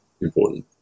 important